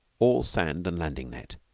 all sand and landing-net,